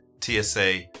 TSA